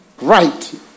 right